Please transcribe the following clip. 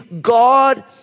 God